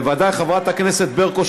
ובוודאי חברת הכנסת ברקו,